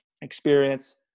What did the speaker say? experience